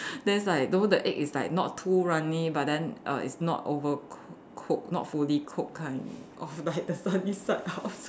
then it's like know the egg is like not too runny but then err it's not overcoo~ cooked not fully cooked kind of like the sunny side up so